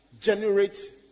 generate